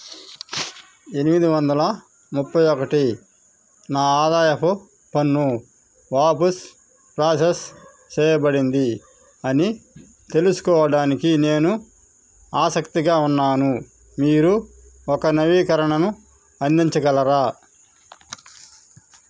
ఎనిమిది వందల ముప్పై ఒకటి నా ఆదాయపు పన్ను వాపుస్ ప్రాసెస్ చేయబడింది అని తెలుసుకోవడానికి నేను ఆసక్తిగా ఉన్నాను మీరు ఒక నవీకరణను అందించగలరా